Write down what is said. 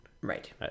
Right